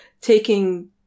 taking